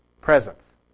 presence